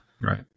Right